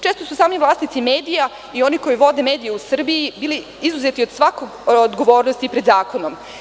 Često su sami vlasnici medija i oni koji vode medije u Srbiji bili izuzeti od svake odgovornosti pred zakonom.